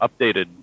updated